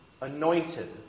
anointed